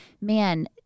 man